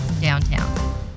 downtown